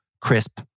crisp